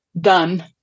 done